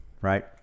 right